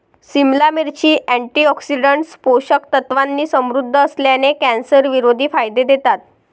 सिमला मिरची, अँटीऑक्सिडंट्स, पोषक तत्वांनी समृद्ध असल्याने, कॅन्सरविरोधी फायदे देतात